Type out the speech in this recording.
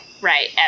right